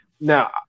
now